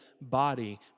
body